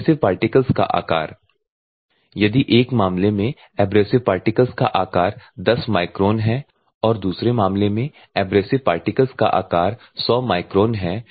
abrasive particles का आकार यदि एक मामले में एब्रेसिव पार्टिकल्स का आकार 10 माइक्रोन है और दूसरे मामले में एब्रेसिव पार्टिकल्स का आकार 100 माइक्रोन है